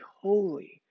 holy